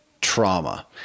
trauma